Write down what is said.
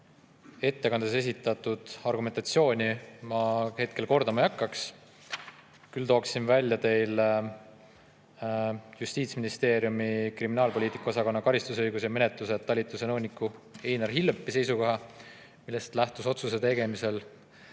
ettekandes esitatud argumentatsiooni ma kordama ei hakkaks. Küll tooksin välja Justiitsministeeriumi kriminaalpoliitika osakonna karistusõiguse ja menetluse talituse nõuniku Einar Hillepi seisukoha, millest lähtus otsuse tegemisel